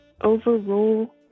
overrule